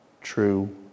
true